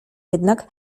jednak